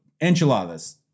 enchiladas